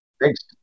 Thanks